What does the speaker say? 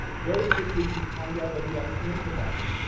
very quickly, you can can find out whether you have antibodies.